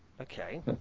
Okay